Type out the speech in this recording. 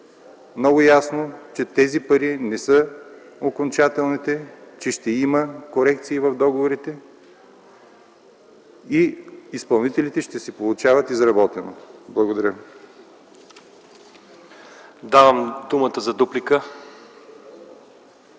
много ясно, че тези пари не са окончателните, че ще има корекции в договорите и изпълнителите ще си получават изработеното. Благодаря. ПРЕДСЕДАТЕЛ ЛЪЧЕЗАР